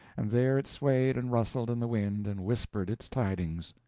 and there it swayed and rustled in the wind and whispered its tidings.